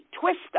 Twister